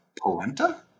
Polenta